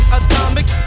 atomic